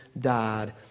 died